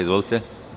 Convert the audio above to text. Izvolite.